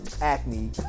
acne